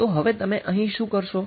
તો હવે તમે અહીં શું કરશો